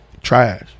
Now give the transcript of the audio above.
trash